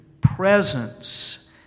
presence